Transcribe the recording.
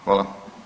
Hvala.